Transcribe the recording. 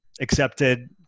accepted